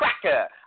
cracker